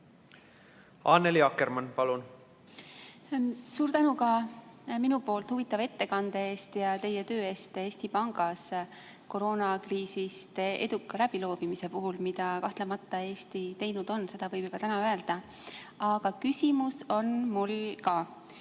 Annely Akkermann, palun! Suur tänu huvitava ettekande eest ja teie töö eest Eesti Pangas koroonakriisist eduka läbiloovimise puhul, mida kahtlemata Eesti teinud on, seda võib juba täna öelda! Aga küsimus on mul ka.